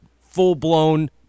full-blown